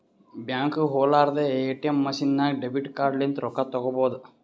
ಬ್ಯಾಂಕ್ಗ ಹೊಲಾರ್ದೆ ATM machine ನಾಗ್ ಡೆಬಿಟ್ ಕಾರ್ಡ್ ಲಿಂತ್ ರೊಕ್ಕಾ ತೇಕೊಬೋದ್